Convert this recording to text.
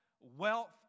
wealth